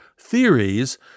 theories